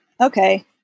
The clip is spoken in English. okay